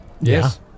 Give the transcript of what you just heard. Yes